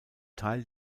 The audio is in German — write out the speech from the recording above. teil